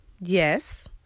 Yes